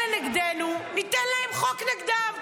אלה נגדנו, ניתן להם חוק נגדם.